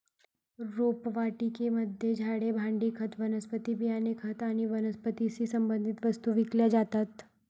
रोपवाटिकेमध्ये झाडे, भांडी, खत, वनस्पती बियाणे, खत आणि वनस्पतीशी संबंधित वस्तू विकल्या जातात